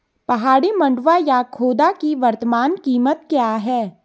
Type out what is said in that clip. पहाड़ी मंडुवा या खोदा की वर्तमान कीमत क्या है?